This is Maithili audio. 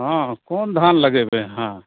हँ क़ोन धान लगेबै अहाँ